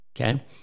okay